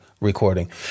recording